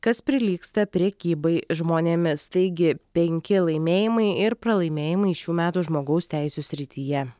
kas prilygsta prekybai žmonėmis taigi penki laimėjimai ir pralaimėjimai šių metų žmogaus teisių srityje